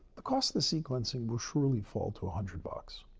the cost of the sequencing will surely fall to a hundred bucks.